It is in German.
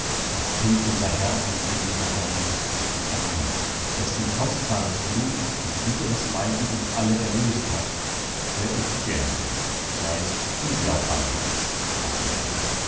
das kennt unser herr und seligmacher jesus christus allein dessen kostbares blut und bitteres leiden uns alle erlöst hat der oetsch gähnte weißt i glaub an nix sagte er dann